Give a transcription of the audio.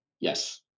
Yes